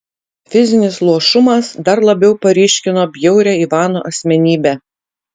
fizinis luošumas dar labiau paryškino bjaurią ivano asmenybę